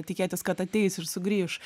tikėtis kad ateis ir sugrįš